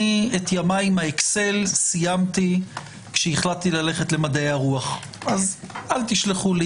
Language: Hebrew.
אני את ימי עם האקסל סיימתי כשהחלטתי ללכת למדעי הרוח אז אל תשלחו לי